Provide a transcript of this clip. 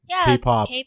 K-pop